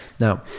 Now